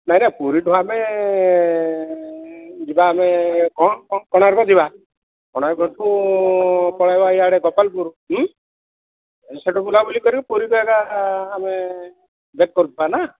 ନାଇଁ ନାଇଁ ପୁରୀଠୁ ଆମେ ଯିବା ଆମେ କୋଣାର୍କ ଯିବା କୋଣାର୍କଠୁ ପଳେଇବା ଇଆଡ଼େ ଗୋପାଳପୁର ହୁଁ ସେଠୁ ବୁଲାବୁଲି କରି ପୁରୀରୁ ଏକା ଆମେ ବ୍ୟାକ୍ କରୁଥିବା ନା